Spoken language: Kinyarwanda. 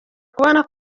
kubona